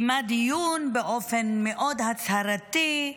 קיימה דיון באופן מאוד הצהרתי,